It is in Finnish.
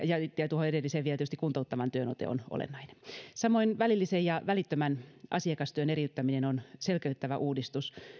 ja tietysti kuntouttava työote on olennainen samoin välillisen ja välittömän asiakastyön eriyttäminen on selkeyttävä uudistus